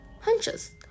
hunches